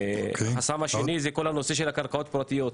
החסם השני זה כל הנושא של הקרקעות הפרטיות.